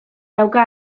dauka